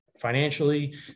financially